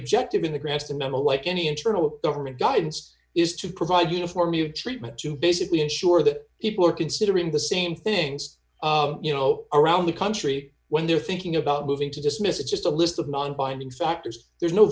objective in the grass the metal like any internal government guidance is to provide uniform new treatment to basically ensure that people are considering the same things you know around the country when they're thinking about moving to dismiss it's just a list of non binding factors there's no